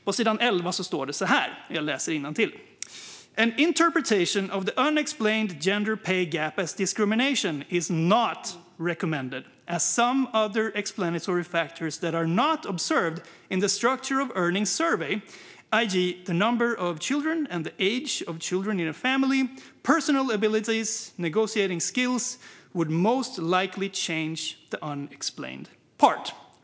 På sidan 11 står det: An interpretation of the unexplained Gender Pay Gap as discrimination is not recommended as some other explanatory factors that are not observed in the Structure of Earnings Survey - e.g. the number of children and the age of children in a family, personal abilities or negotiating skills - would most likely change the unexplained part.